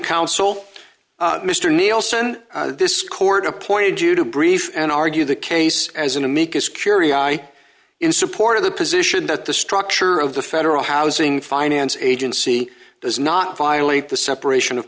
counsel mr nielsen this court appointed you to brief and argue the case as an amicus curiae in support of the position that the structure of the federal housing finance agency does not violate the separation of